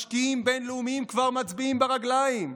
משקיעים בין-לאומיים כבר מצביעים ברגליים.